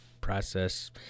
process